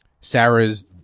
Sarah's